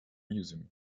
museum